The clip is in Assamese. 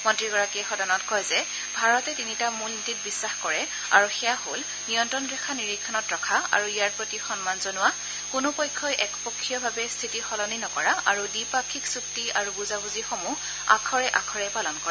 মন্ত্ৰীগৰাকীয়ে সদনত কয় যে ভাৰতে তিনিটা মূল নীতিত বিশ্বাস কৰে আৰু সেয়া হ'ল নিয়ন্ত্ৰণ ৰেখা নিৰীক্ষণত ৰখা আৰু ইয়াৰ প্ৰতি সন্মান জনোৱা কোনো পক্ষই একপক্ষীয়ভাৱে স্থিতি সলনি নকৰা আৰু দ্বিপাক্ষিক চুক্তি আৰু বুজাবুজিসমূহ আখৰে আখৰে পালন কৰা